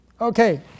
Okay